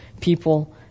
people